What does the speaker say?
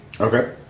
Okay